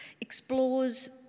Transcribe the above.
explores